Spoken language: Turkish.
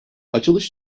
açılış